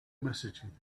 messaging